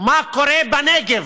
מה קורה בנגב